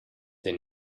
they